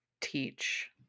teach